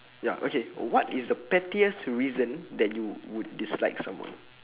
ya okay what is the pettiest reason you would dislike someone